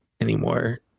anymore